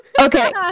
Okay